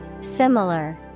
Similar